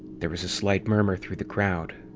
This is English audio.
there was a slight murmur through the crowd.